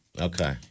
Okay